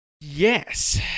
Yes